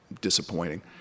disappointing